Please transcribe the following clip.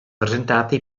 presentati